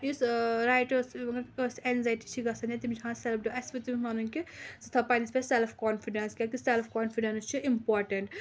یُس کٲنٛسہِ اٮ۪نزایٹی چھِ گژھان یا تِم چھِ اَسہِ پَزِ تٔمِس وَنُن کہِ ژٕ تھاو پنٛنِس پٮ۪ٹھ سٮ۪لٕف کانفِڈٮ۪نٕس کیٛازکہِ سٮ۪لٕف کانفِڈٮ۪نٕس چھُ اِمپاٹٮ۪نٛٹ